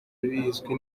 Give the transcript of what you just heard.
bizwi